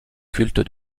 culte